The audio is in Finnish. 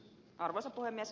arvoisa puhemies